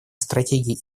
стратегий